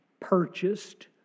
purchased